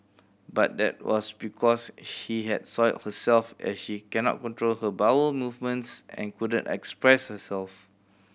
but that was because she had soiled herself as she cannot control her bowel movements and couldn't express herself